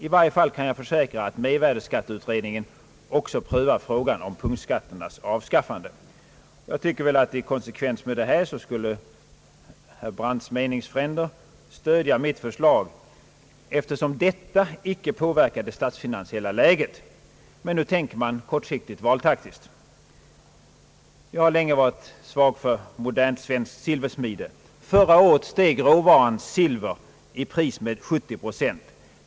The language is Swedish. I varje fall kan jag försäkra att mervärdeskatteutredningen också prövar frågan om punktskatternas avskaffande.» Jag tycker väl att i konsekvens med detta skulle herr Brandts meningsfränder stödja mitt förslag, eftersom detta icke påverkar det statsfinansiella läget. Men nu tänker man kortsiktigt och valtaktiskt. Jag har länge varit svag för modernt svenskt silversmide. Förra året steg råvaran finsilvret i pris med 70 procent.